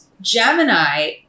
Gemini